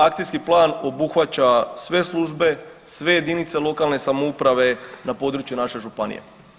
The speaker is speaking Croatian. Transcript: Akcijski plan obuhvaća sve službe, sve jedinice lokalne samouprave na području naše županije.